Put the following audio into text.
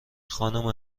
خانم